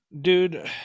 Dude